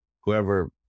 whoever